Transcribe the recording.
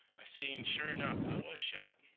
i seen, sure nough, i was shot.